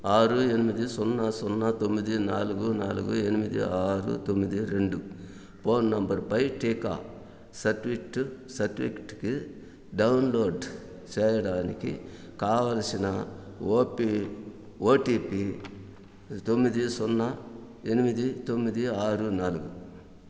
ఆరు ఎనిమిది సున్నా సున్నా తొమ్మిది నాలుగు నాలుగు ఎనిమిది ఆరు తొమ్మిది రెండు ఫోన్ నెంబర్పై టీకా సర్టిఫికెట్ సర్టిఫికెట్కి డౌన్లోడ్ చేయడానికి కావలసిన ఓపి ఓటిపి తొమ్మిది సున్నా ఎనిమిది తొమ్మిది ఆరు నాలుగు